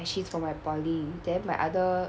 she's from my poly then my other